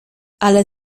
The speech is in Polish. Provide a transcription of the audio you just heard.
ale